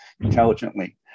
intelligently